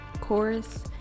chorus